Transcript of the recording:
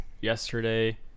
yesterday